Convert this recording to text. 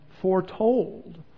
foretold